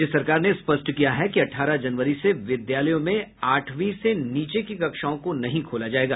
राज्य सरकार ने स्पष्ट किया है कि अठारह जनवरी से विद्यालयों में आठवीं से नीचे की कक्षाओं को नहीं खोला जायेगा